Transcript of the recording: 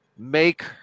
make